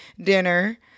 dinner